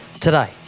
Today